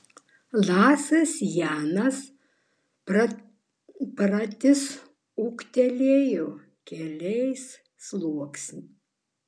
lasas janas pratisai ūkteli keliai sulinksta